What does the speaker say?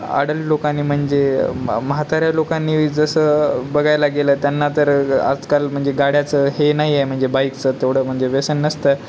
आडाणी लोकांनी म्हणजे म म्हाताऱ्या लोकांनी जसं बघायला गेलं त्यांना तर आजकाल म्हणजे गाड्याचं हे नाही आहे म्हणजे बाईकचं तेवढं म्हणजे व्यसन नसतंय